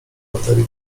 baterii